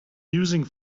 using